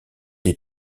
des